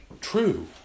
true